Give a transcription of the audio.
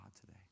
today